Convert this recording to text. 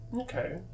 Okay